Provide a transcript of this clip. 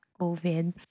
covid